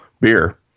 beer